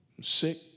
sick